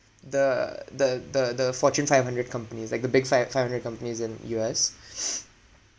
the the the the fortune five hundred companies like the big fi~ five hundred companies in U_S